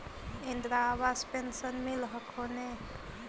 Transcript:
इन्द्रा आवास पेन्शन मिल हको ने?